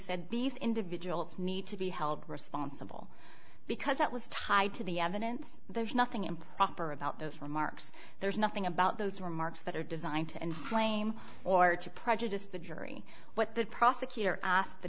said these individuals need to be held responsible because that was tied to the evidence there's nothing improper about those remarks there's nothing about those remarks that are designed to inflame or to prejudice the jury what the prosecutor asked the